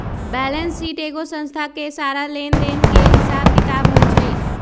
balance sheet एगो संस्था के सारा लेन देन के हिसाब किताब होई छई